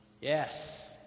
Yes